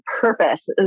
purpose